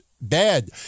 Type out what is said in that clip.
Bad